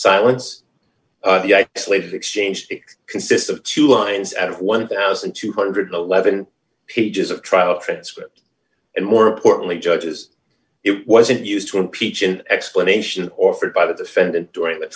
silence slaves exchanged consists of two lines at one thousand two hundred and eleven dollars pages of trial transcript and more importantly judges it wasn't used to impeach an explanation offered by the defendant during the